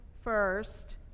first